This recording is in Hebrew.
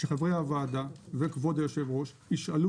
שחברי הוועדה וכבוד היושב ראש ישאלו